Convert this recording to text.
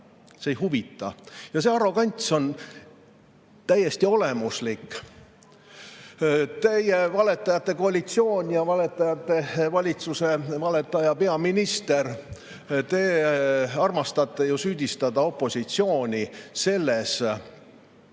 See ei huvita teda ja see arrogants on täiesti olemuslik. Teie valetajate koalitsioon ja valetajate valitsuse valetaja peaminister, te armastate ju süüdistada opositsiooni selles,